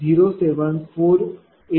94416 8